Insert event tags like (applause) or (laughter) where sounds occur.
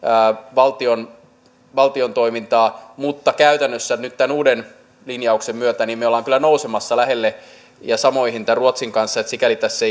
valtion valtion toimintaa mutta käytännössä nyt tämän uuden linjauksen myötä me olemme kyllä nousemassa lähelle ja samoihin ruotsin kanssa niin että sikäli tässä (unintelligible)